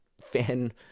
fan